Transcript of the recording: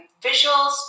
visuals